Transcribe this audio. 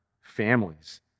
families